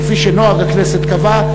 כפי שנוהג הכנסת קבע,